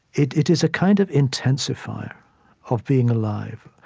it it is a kind of intensifier of being alive,